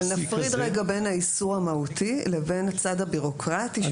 נפריד רגע בין האיסור המהותי לבין הצד הביורוקרטי שהוא חשוב,